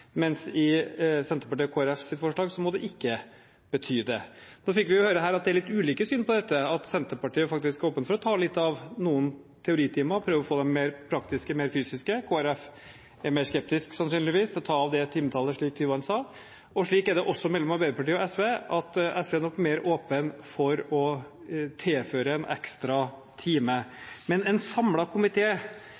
mens det etter Senterpartiet og Kristelig Folkepartis forslag ikke må bety det. Så fikk vi høre her at det er litt ulike syn på dette, at Senterpartiet faktisk er åpen for å ta litt fra noen teoritimer og prøve å få dem mer praktiske, mer fysiske. Kristelig Folkeparti er sannsynligvis mer skeptisk til å ta fra det timetallet, slik Tyvand sa. Slik er det også mellom Arbeiderpartiet og SV, at SV nok er mer åpen for å tilføre en ekstra time.